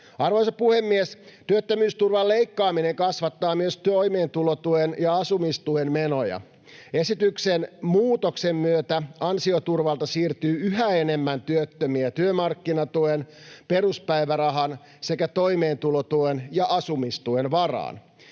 Arvoisa puhemies! Työttömyysturvan leikkaaminen kasvattaa myös toimeentulotuen ja asumistuen menoja. Esityksen muutoksen myötä ansioturvalta siirtyy yhä enemmän työttömiä työmarkkinatuen, peruspäivärahan sekä toimeentulotuen ja asumistuen varaan.